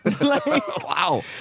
Wow